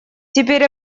теперь